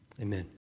amen